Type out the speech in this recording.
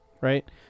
right